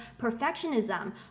perfectionism